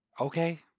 Okay